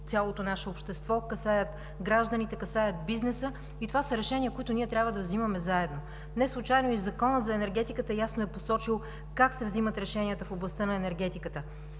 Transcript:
цялото наше общество, касаят гражданите, касаят бизнеса и това са решения, които ние трябва да взимаме заедно. Неслучайно и в Закона за енергетиката ясно е посочено как се взимат решенията в областта на енергетиката.